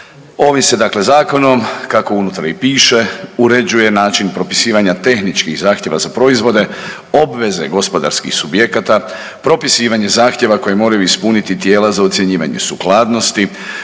dakle Zakonom kako unutra i piše uređuje način propisivanja tehničkih zahtjeva za proizvode, obveze gospodarskih subjekata, propisivanje zahtjeva koje moraju ispuniti tijela za ocjenjivanje sukladnosti,